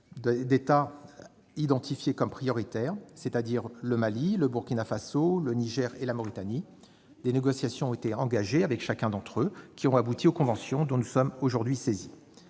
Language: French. d'États identifiés comme prioritaires- le Mali, le Burkina Faso, le Niger et la Mauritanie -, des négociations ont été engagées avec chacun d'entre eux, négociations ayant abouti aux conventions dont nous sommes aujourd'hui saisis.